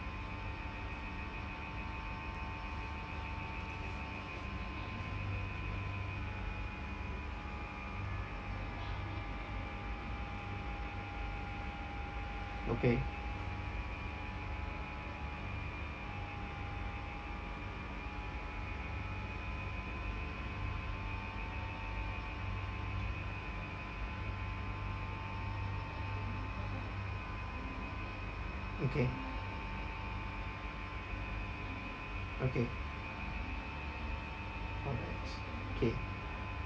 okay okay okay alrights K